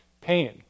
pain